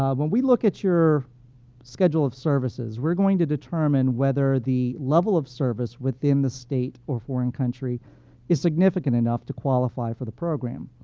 um when we look at your schedule of services, we're going to determine whether the level of service within the state or foreign country is significant enough to qualify for the program.